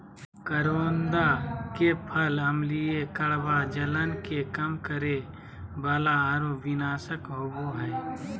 करोंदा के फल अम्लीय, कड़वा, जलन के कम करे वाला आरो विषनाशक होबा हइ